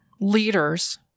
leaders